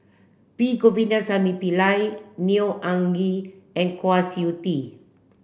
P Govindasamy Pillai Neo Anngee and Kwa Siew Tee